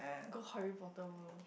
go Harry-Potter-World